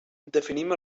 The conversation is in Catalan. definim